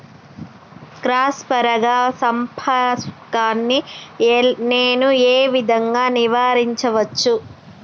Cross పరాగ సంపర్కాన్ని నేను ఏ విధంగా నివారించచ్చు?